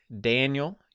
Daniel